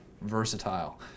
Versatile